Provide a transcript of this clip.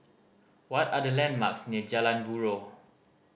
what are the landmarks near Jalan Buroh